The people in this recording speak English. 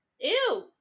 Ew